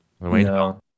No